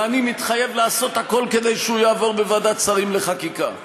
ואני מתחייב לעשות הכול כדי שהוא יעבור בוועדת שרים לחקיקה.